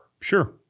Sure